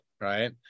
Right